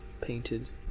painted